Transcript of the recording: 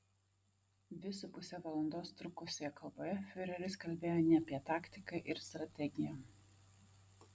dvi su puse valandos trukusioje kalboje fiureris kalbėjo ne apie taktiką ir strategiją